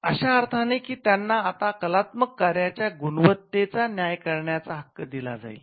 अशा अर्थाने की त्यांना आता कलात्मक कार्याच्या गुणवत्तेचा न्याय करण्याचा हक्क दिला जाईल